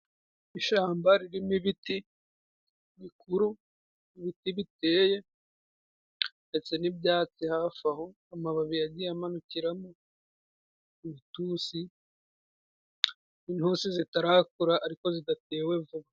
Ishamba ririmo ibiti bikuru ibiti biteye ndetse n'ibyate hafi aho ,amababi yagiye amanukiramo ibitusi, intusi zitarakura ariko zidatewe vuba.